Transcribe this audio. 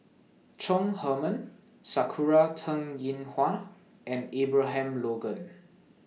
Chong Heman Sakura Teng Ying Hua and Abraham Logan